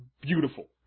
Beautiful